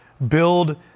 Build